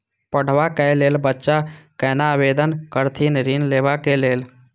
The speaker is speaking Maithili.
पढ़वा कै लैल बच्चा कैना आवेदन करथिन ऋण लेवा के लेल?